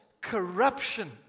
corruption